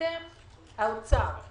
האוצר,